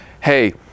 hey